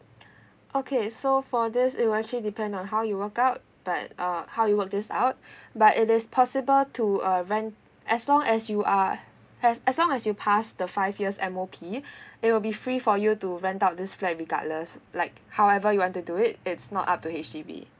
okay so for this it will actually depend on how you work out but uh how you work this out but it is possible to uh rent as long as you are as as long as you pass the five years M_O_P it will be free for you to rent out this flat regardless like however you want to do it it's not up to H_D_B